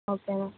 okay ma'am